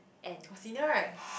our senior right